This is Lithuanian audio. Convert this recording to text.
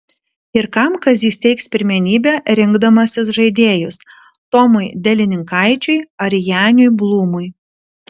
ir kam kazys teiks pirmenybę rinkdamasis žaidėjus tomui delininkaičiui ar janiui blūmui